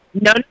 No